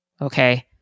Okay